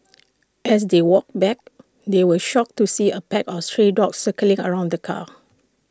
as they walked back they were shocked to see A pack of stray dogs circling around the car